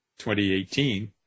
2018